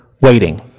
waiting